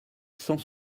cent